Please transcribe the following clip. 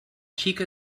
xic